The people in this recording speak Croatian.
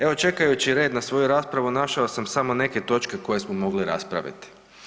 Evo čekajući red na svoju raspravu našao sam samo neke točke koje smo mogli raspraviti.